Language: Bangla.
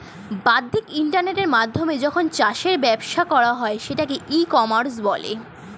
বাদ্দিক ইন্টারনেটের মাধ্যমে যখন চাষের ব্যবসা করা হয় সেটাকে ই কমার্স বলে